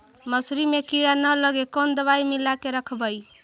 मसुरी मे किड़ा न लगे ल कोन दवाई मिला के रखबई?